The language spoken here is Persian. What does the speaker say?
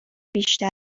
بیشتر